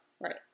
Right